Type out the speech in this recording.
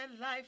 life